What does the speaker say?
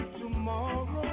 tomorrow